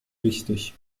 wichtig